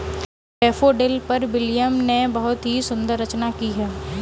daffodil पर William ने बहुत ही सुंदर रचना की है